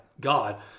God